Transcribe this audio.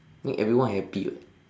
make everyone happy [what]